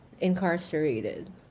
incarcerated